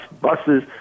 buses